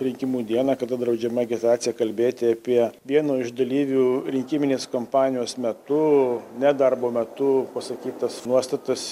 rinkimų dieną kada draudžiama agitacija kalbėti apie vieno iš dalyvių rinkiminės kampanijos metu ne darbo metu pasakytas nuostatas